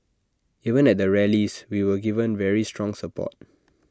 even at the rallies we were given very strong support